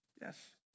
Yes